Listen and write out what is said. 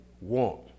want